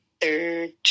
third